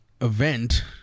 event